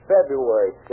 February